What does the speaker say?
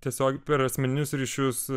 tiesiog per asmeninius ryšius